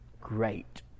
Great